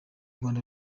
rwanda